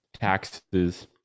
taxes